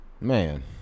Man